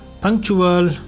punctual